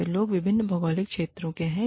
ये लोग विभिन्न भौगोलिक क्षेत्रों के हैं